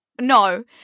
no